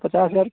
पचास हजार